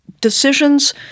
decisions